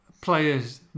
players